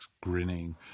grinning